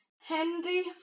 Henry